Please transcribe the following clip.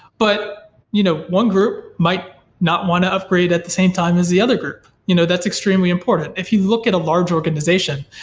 but you know one group might not want to upgrade at the same time as the other group. you know that's extremely important. if you look at a large organization,